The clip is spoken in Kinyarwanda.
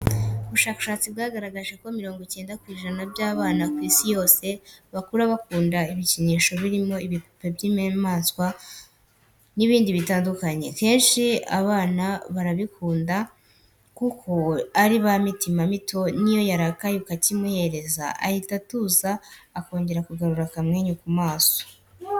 Ubushakashatsi bwagaragaje ko mirongo cyenda ku ijana by'abana bo ku isi yose bakura bakunda ibikinisho birimo ibipupe by'inyamaswa n'ibindi bitandukanye. Kenshi abana barabikunda kuko ari ba mitima mito niyo yaakaye ukakimuhereza ahita atuza akongera akagarura akamwenyu ku maso.